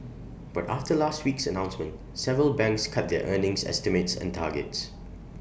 but after last week's announcement several banks cut their earnings estimates and targets